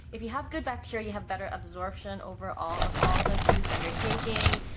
if you have good bacteria, you have better absorption overall of all the foods that you're taking.